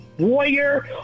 warrior